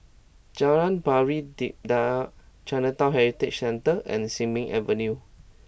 Jalan Pari Dedap Chinatown Heritage Centre and Sin Ming Avenue